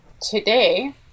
today